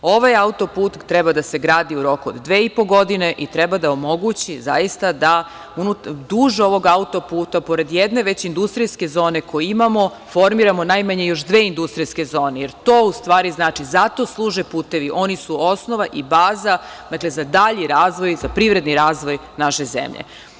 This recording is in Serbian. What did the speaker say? Ovaj autoput treba da se gradi u roku od dve i po godine i treba da omogući zaista da duž ovog autoputa, pored jedne već industrijske zone koju imamo, formiramo najmanje još dve industrijske zone, jer to u stvari znači, zato služe putevi, oni su osnova i baza za dalji razvoj, za privredni razvoj naše zemlje.